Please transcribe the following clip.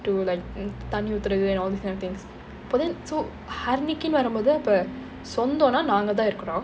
to like தண்ணி ஊத்துறது:thanni ootthurathu and all this kind of things but then so ஹரிணிக்குன்னு வரும்போது சொந்தம்ன்னா நாங்க தான் இருக்கோம்:harinikkunnu varumbothu sonthamnna naanga thaan irukkom